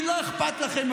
כי לא אכפת לכם.